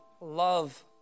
love